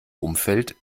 umfeld